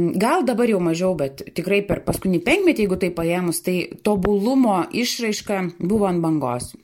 gal dabar jau mažiau bet tikrai per paskutinį penkmetį jeigu taip paėmus tai tobulumo išraiška buvo ant bangos